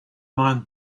mind